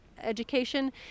education